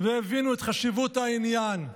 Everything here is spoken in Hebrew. והבינו את חשיבות העניין.